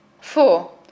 Four